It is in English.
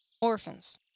Orphans